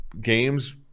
games